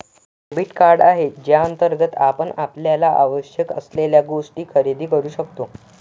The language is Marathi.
डेबिट कार्ड आहे ज्याअंतर्गत आपण आपल्याला आवश्यक असलेल्या गोष्टी खरेदी करू शकतो